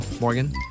Morgan